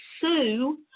sue